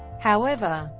however,